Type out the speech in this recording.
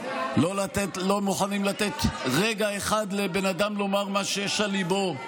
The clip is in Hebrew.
לא מוכנים לתת רגע אחד לבן אדם לומר מה שיש על ליבו.